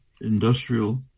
industrial